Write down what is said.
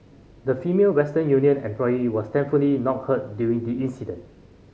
the Female Western Union employee was thankfully not hurt during the incident